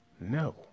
No